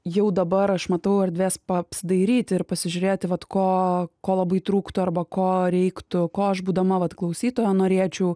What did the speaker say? jau dabar aš matau erdvės pa apsidairyti ir pasižiūrėti vat ko ko labai trūktų arba ko reiktų ko aš būdama vat klausytoja norėčiau